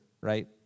right